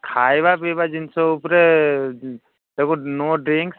ଖାଇବା ପିଇବା ଜିନିଷ ଉପରେ ଉଁ ତାକୁ ନୋ ଡ୍ରିଙ୍କସ୍